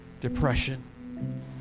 depression